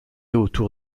autour